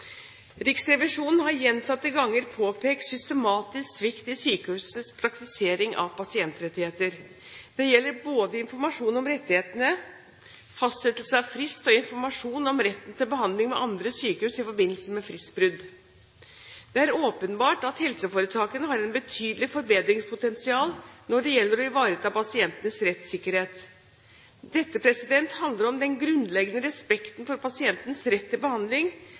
Riksrevisjonen har gjentatte ganger påpekt systematisk svikt i sykehusenes praktisering av pasientrettigheter. Det gjelder informasjon om rettighetene, fastsettelse av frist, og informasjon om retten til behandling ved andre sykehus i forbindelse med fristbrudd. Det er åpenbart at helseforetakene har et betydelig forbedringspotensial når det gjelder å ivareta pasientenes rettssikkerhet. Dette handler om den grunnleggende respekten for pasientens rett til behandling